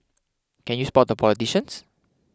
can you spot the politicians